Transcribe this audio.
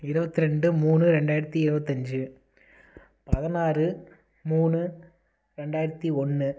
இருத்தி ரெண்டு மூணு ரெண்டாயிரத்தி இருபத்தி அஞ்சு பதினாறு மூணு ரெண்டாயிரத்தி ஒன்று